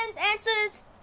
answers